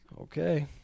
Okay